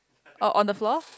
or on the floor